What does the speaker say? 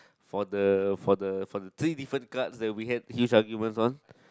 for the for the for the three different cards that we had use arguments one